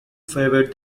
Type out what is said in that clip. favored